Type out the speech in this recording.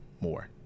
more